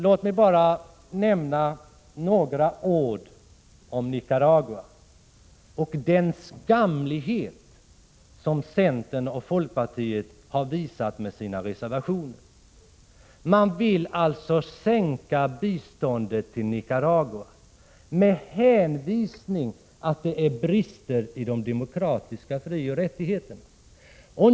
Låt mig till sist säga något om Nicaragua och den skamlighet som centern och folkpartiet visar upp i sina reservationer. De vill sänka biståndet till Nicaragua med hänvisning till att det är brister i de demokratiska frioch rättigheterna.